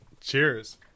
Cheers